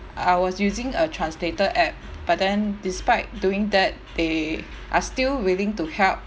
I was using a translator app but then despite doing that they are still willing to help